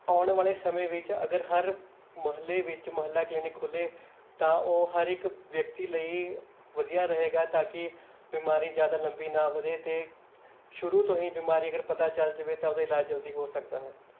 ਆਉਣ ਵਾਲੇ ਸਮੇਂ ਵਿੱਚ ਅਗਰ ਹਰ ਮੁਹੱਲੇ ਵਿੱਚ ਮੁਹੱਲਾ ਕਲੀਨਿਕ ਖੋਲ੍ਹੇ ਤਾਂ ਉਹ ਹਰ ਇੱਕ ਵਿਅਕਤੀ ਲਈ ਵਧੀਆ ਰਹੇਗਾ ਤਾਂ ਕਿ ਬਿਮਾਰੀ ਜ਼ਿਆਦਾ ਲੰਬੀ ਨਾ ਵਧੇ ਅਤੇ ਸ਼ੁਰੂ ਤੋਂ ਹੀ ਬਿਮਾਰੀ ਅਗਰ ਪਤਾ ਚੱਲ ਜਾਵੇ ਤਾਂ ਉਹਦੇ ਇਲਾਜ ਜਲਦੀ ਹੋ ਸਕਦਾ ਹੈ